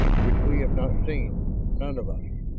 which we have not seen none of us!